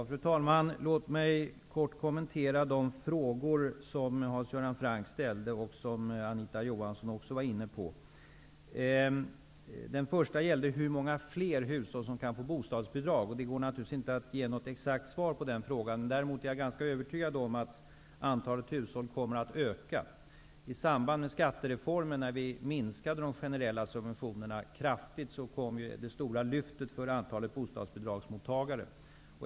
Fru talman! Låt mig kort kommentera de frågor som Hans Göran Franck ställde och som Anita Johansson också var inne på. Den första gällde hur många fler hushåll som kommer att få bostadsbidrag. Det går naturligtvis inte att ge något exakt svar på den frågan. Däremot är jag ganska övertygad om att antalet hushåll med bidrag kommer att öka. I samband med skattereformen, när vi minskade de generella subventionerna kraftigt, kom det stora lyftet av antalet bostadsbidragsmottagare.